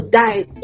died